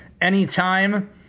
anytime